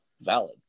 valid